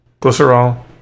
glycerol